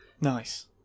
Nice